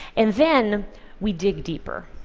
and then we dig deeper.